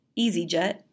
EasyJet